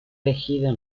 elegido